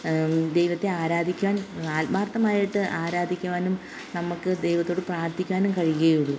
ദൈവത്തെ ആരാധിക്കാൻ ആത്മാർഥമായിട്ട് ആരാധിക്കുവാനും നമ്മൾക്ക് ദൈവത്തോട് പ്രാർത്ഥിക്കുവാനും കഴിയുകയുള്ളു